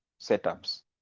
setups